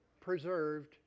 preserved